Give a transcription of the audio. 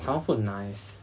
taiwan food nice